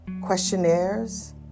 questionnaires